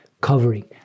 covering